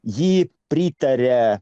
ji pritarė